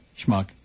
schmuck